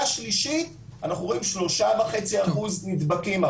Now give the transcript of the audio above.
שלישית אנחנו רואים שלושה וחצי אחוז נדבקים,